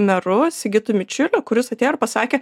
meru sigitu mičiuliu kuris atėjo ir pasakė